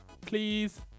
Please